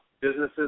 businesses